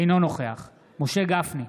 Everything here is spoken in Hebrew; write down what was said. אינו נוכח משה גפני,